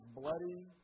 bloody